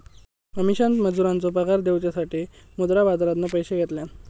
अमीषान मजुरांचो पगार देऊसाठी मुद्रा बाजारातना पैशे घेतल्यान